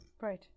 Right